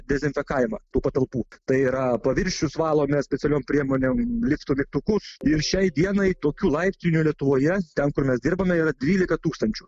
dezinfekavimą tų patalpų tai yra paviršius valome specialiom priemonėm liftų mygtukus ir šiai dienai tokių laiptinių lietuvoje ten kur mes dirbame yra dvylika tūkstančių